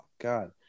God